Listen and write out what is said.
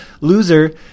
loser